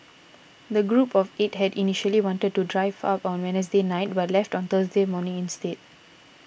the group of eight had initially wanted to drive up on Wednesday night but left on Thursday morning instead